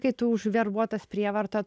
kai tu užverbuotas prievarta